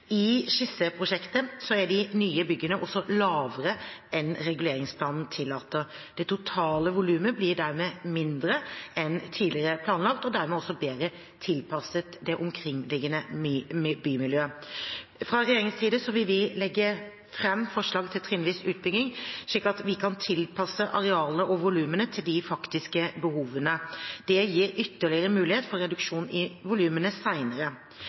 I skisseprosjektet er de nye byggene også lavere enn reguleringsplanen tillater. Det totale volumet blir dermed mindre enn tidligere planlagt og dermed også bedre tilpasset det omkringliggende bymiljø. Regjeringen vil legge fram forslag til trinnvis utbygging, slik at vi kan tilpasse arealene og volumene til de faktiske behovene. Det gir ytterligere mulighet for reduksjon i volumene